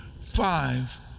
five